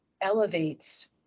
elevates